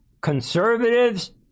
conservatives